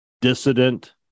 Dissident